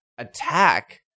attack